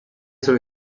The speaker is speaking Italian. sono